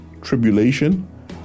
tribulation